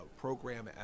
Program